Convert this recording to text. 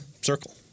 circle